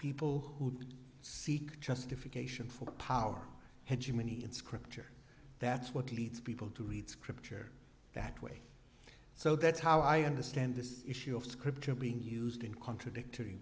people who seek justification for power had too many in scripture that's what leads people to read scripture that way so that's how i understand this issue of scripture being used in contradictory